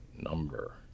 Number